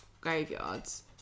graveyards